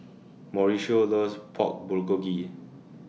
Mauricio loves Pork Bulgogi